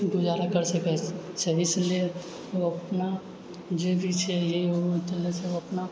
गुजारा कर सकैत छै इसलिए ओ अपना जे भी छै अपना